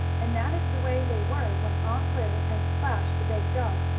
and that is the way they were when aunt lu and splash, the big dog,